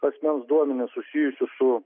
asmens duomenis susijusius su